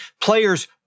Players